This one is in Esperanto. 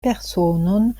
personon